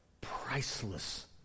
priceless